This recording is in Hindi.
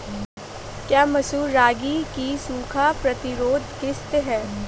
क्या मसूर रागी की सूखा प्रतिरोध किश्त है?